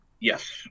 yes